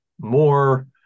more